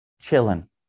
chilling